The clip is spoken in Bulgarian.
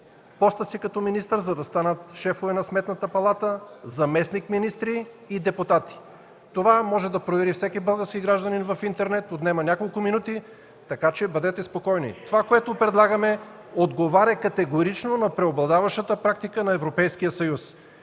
поста си като министър, за да станат шефове на Сметната палата, заместник-министри и депутати. Това може да провери всеки български гражданин в интернет, отнема няколко минути. Бъдете спокойни, предложението отговоря категорично на преобладаващата практиката в Европейския съюз.